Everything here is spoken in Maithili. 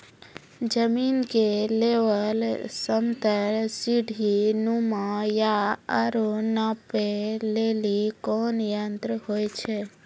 जमीन के लेवल समतल सीढी नुमा या औरो नापै लेली कोन यंत्र होय छै?